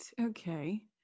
okay